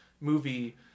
movie